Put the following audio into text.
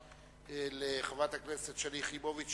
לחברת הכנסת שלי יחימוביץ,